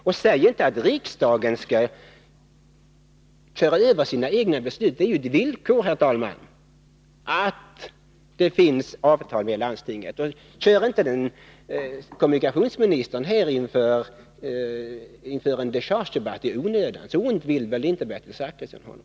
Och säg inte att riksdagen skall köra över sina egna beslut! Det är ju ett villkor, herr talman, att det finns avtal med landstinget. Ställ inte kommunikationsministern här, Bertil Zachrisson, inför en dechargedebatt i onödan. Så ont vill väl inte Bertil Zachrisson honom.